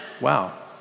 Wow